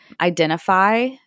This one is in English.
identify